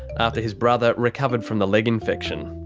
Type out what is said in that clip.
after his brother recovered from the leg infection.